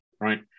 right